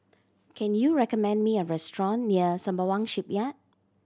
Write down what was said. can you recommend me a restaurant near Sembawang Shipyard